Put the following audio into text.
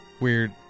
weird